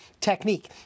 technique